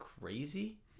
crazy